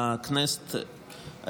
לכנסת,